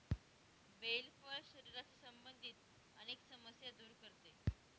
bell फळ शरीराशी संबंधित अनेक समस्या दूर करते